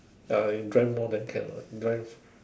ya when you drive more then can lor drive